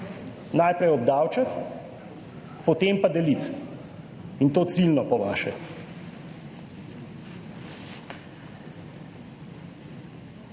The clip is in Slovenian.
najprej obdavčiti, potem pa deliti, in to ciljno, po vašem.